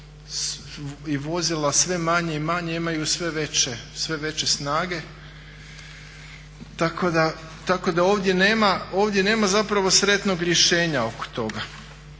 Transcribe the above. i vozila sve manje i manje imaju sve veće snage. Tako da ovdje nema, ovdje nema zapravo sretnog rješenja oko toga,